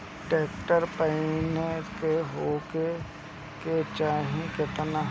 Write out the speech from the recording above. Tractor पाईनेस होखे के चाही कि ना?